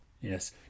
Yes